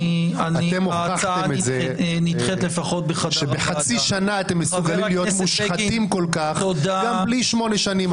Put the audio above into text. אתם הוכחתם שבחצי שנה אתם מסוגלים להיות מושחתים כל כך גם בלי 8 שנים.